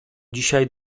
dzisiaj